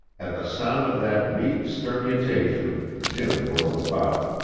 at the sound of that meek sternutation jim whirled about.